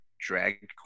drag